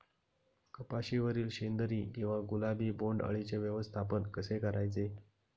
कपाशिवरील शेंदरी किंवा गुलाबी बोंडअळीचे व्यवस्थापन कसे करायचे?